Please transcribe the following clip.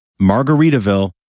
Margaritaville